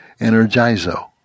energizo